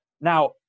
Now